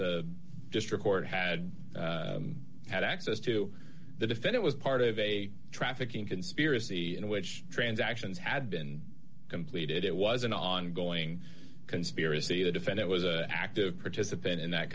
the district court had had access to the defendant was part of a trafficking conspiracy in which transactions had been completed it was an ongoing conspiracy the defendant was an active participant in that